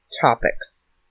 topics